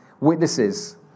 witnesses